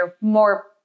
more